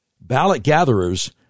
Ballot-gatherers